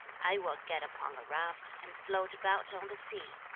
i will get upon a raft, and float about on the sea.